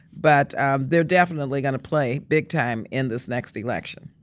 but they're definitely going to play big time in this next election.